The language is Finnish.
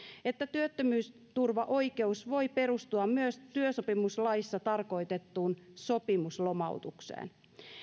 että työttömyysturvaoikeus voi perustua myös työsopimuslaissa tarkoitettuun sopimuslomautukseen